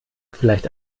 vielleicht